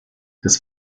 des